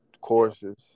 courses